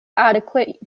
adequate